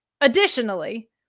Additionally